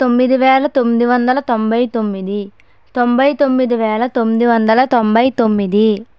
తొమ్మిది వేల తొమ్మిది వందల తొంభై తొమ్మిది తొంభై తొమ్మిది వేల తొమ్మిది వందల తొంభై తొమ్మిది